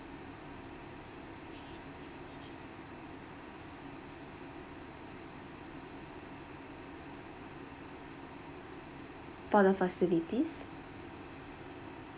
for the facilities